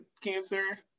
cancer